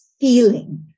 feeling